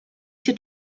się